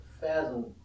fathom